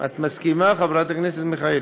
את מסכימה, חברת הכנסת מיכאלי?